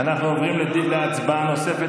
אנחנו עוברים להצבעה נוספת,